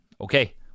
Okay